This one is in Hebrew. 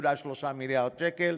2.3 מיליארד שקל,